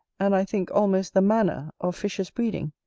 and i think, almost the manner, of fishes' breeding,